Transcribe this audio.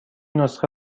نسخه